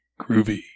groovy